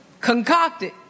concocted